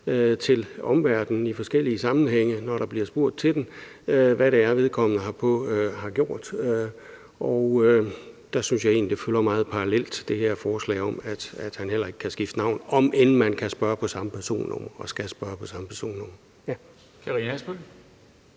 til omverdenen i forskellige sammenhænge, når der bliver spurgt til den, hvad det er, vedkommende har gjort. Der synes jeg egentlig, det følger meget parallelt med det her forslag om, at han heller ikke kan skifte navn, om end man kan spørge på samme personnummer og skal spørge på samme personnummer. Kl.